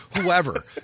whoever